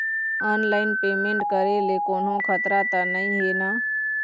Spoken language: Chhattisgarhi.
ऑनलाइन पेमेंट करे ले कोन्हो खतरा त नई हे न?